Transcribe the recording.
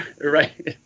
Right